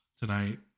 tonight